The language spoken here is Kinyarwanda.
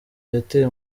yateye